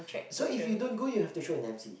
so if you don't go you have to show an M_C